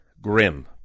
grim